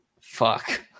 fuck